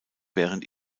während